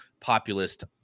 populist